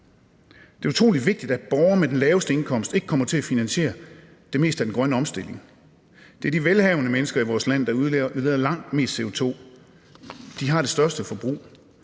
Det er utrolig vigtigt, at borgere med de laveste indkomster ikke kommer til at finansiere det meste af den grønne omstilling. Det er de velhavende mennesker i vores land, der udleder langt mest CO2. De har det største forbrug.